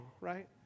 Right